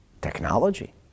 technology